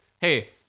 Hey